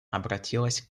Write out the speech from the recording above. обратилась